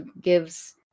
gives